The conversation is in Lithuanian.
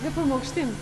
lipam aukštyn